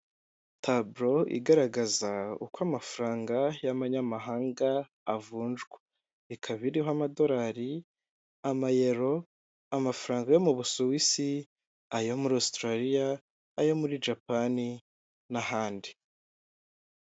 Taburo igaragaza uko amafaranga y'amanyamahanga avunjwa ikaba iriho amadolari, amayero, amafaranga yo m'u Busuwisi ayo muri Awusitarariya ayo muri Japani n'ahandi.